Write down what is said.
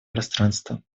пространства